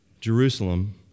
Jerusalem